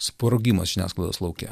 sprogimas žiniasklaidos lauke